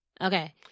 Okay